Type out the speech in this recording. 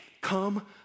come